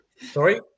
Sorry